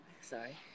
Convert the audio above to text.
Sorry